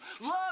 Love